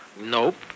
Nope